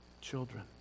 children